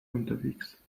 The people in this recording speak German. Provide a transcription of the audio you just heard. unterwegs